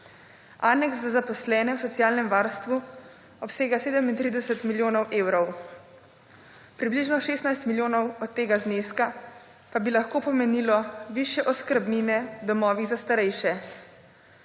Aneks za zaposlene v socialnem varstvu obsega 37 milijonov evrov. Približno 16 milijonov od tega zneska pa bi lahko pomenilo višje oskrbnine domovih za starejše.